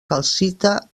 calcita